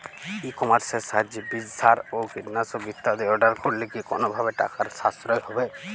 ই কমার্সের সাহায্যে বীজ সার ও কীটনাশক ইত্যাদি অর্ডার করলে কি কোনোভাবে টাকার সাশ্রয় হবে?